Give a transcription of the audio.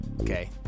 okay